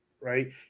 right